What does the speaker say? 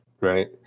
right